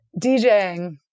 DJing